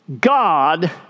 God